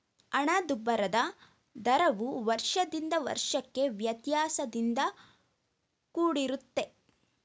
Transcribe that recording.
ಹಣದುಬ್ಬರದ ದರವು ವರ್ಷದಿಂದ ವರ್ಷಕ್ಕೆ ವ್ಯತ್ಯಾಸದಿಂದ ಕೂಡಿರುತ್ತೆ